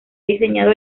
diseñado